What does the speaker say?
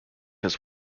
his